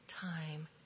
time